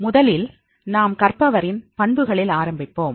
முதலில் நாம் கற்பவரின் பண்புகளில் ஆரம்பிப்போம்